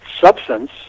substance